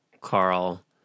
Carl